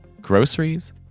Groceries